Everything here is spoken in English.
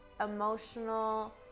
emotional